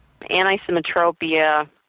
Anisometropia